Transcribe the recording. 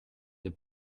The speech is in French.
des